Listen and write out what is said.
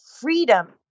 freedom